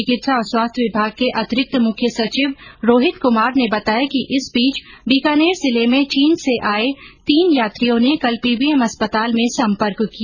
चिकित्सा और स्वास्थ्य विभाग के अतिरिक्त मुख्य सचिव रोहित कुमार ने बताया कि इस बीच बीकानेर जिले में चीन से आये तीन यात्रियों ने कल पीबीएम अस्पताल में सम्पर्क किया